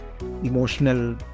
emotional